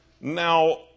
Now